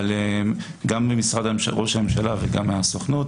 אבל גם ממשרד ראש הממשלה וגם מהסוכנות